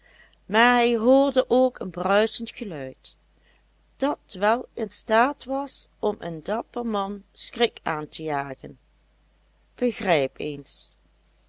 maar hij hoorde ook een bruisend geluid dat wel in staat was om een dapper man schrik aan te jagen begrijp eens